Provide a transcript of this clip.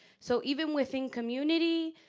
so, even within community,